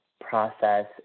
process